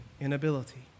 Inability